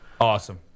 Awesome